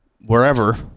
wherever